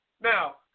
Now